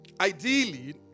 Ideally